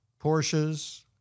Porsches